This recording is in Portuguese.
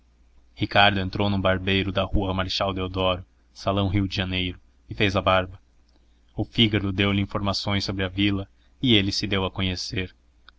ricardo entrou num barbeiro na rua marechal deodoro salão rio de janeiro e fez a barba o fígaro deu-lhe informações sobre a vila e ele se deu a conhecer